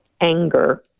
anger